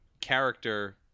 character